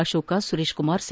Ashoka Suresh Kumar C